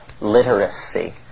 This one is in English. literacy